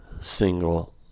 single